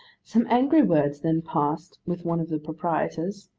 some angry words then passed with one of the proprietors,